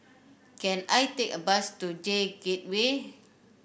can I take a bus to J Gateway